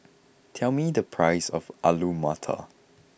tell me the price of Alu Matar